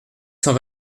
cent